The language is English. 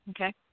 okay